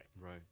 Right